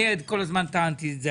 אני כל הזמן טענתי את זה,